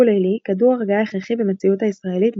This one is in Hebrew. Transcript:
"טיפול לילי" כדור הרגעה הכרחי במציאות הישראלית,